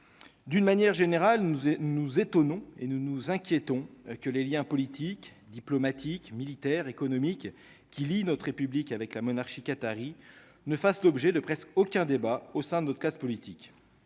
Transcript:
d'une manière générale, nous nous étonnons, et nous nous inquiétons que les Liens politiques, diplomatiques, militaires, économiques qui lient notre République avec la monarchie qatarie ne fasse l'objet de presqu'aucun débat au sein de notre classe politique